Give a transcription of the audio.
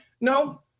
No